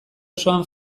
osoa